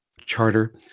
charter